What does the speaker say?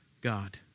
God